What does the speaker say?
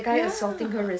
ya